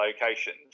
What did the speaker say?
locations